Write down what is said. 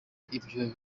ibyo